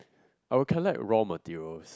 I will collect raw materials